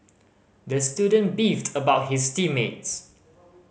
the student beefed about his team mates